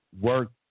work